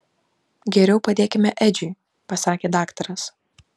geriau padėkime edžiui pasakė daktaras